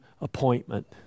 appointment